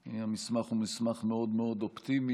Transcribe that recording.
בנושא: מדיניות משרד התרבות מביאה לקריסת ענף התיאטראות